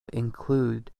include